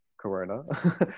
Corona